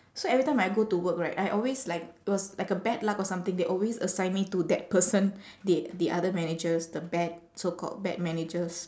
so every time I go to work right I always like it was like a bad luck or something they always assign me to that person the the other manager's the bad so called bad manager's